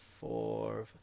four